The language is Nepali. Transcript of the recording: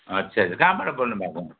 अच्छा अच्छा कहाँबाट बोल्नुभएको